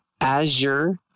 Azure